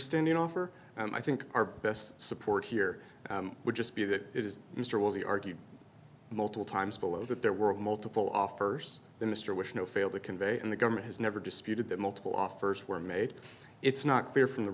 standing offer and i think our best support here would just be that mr woolsey argued multiple times below that there were multiple offers the mr which no fail to convey and the government has never disputed that multiple offers were made it's not clear from the